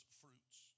fruits